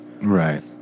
right